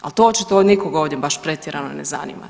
Ali to očito nikog ovdje baš pretjerano ne zanima.